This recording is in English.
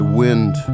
wind